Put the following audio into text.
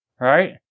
right